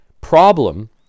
problem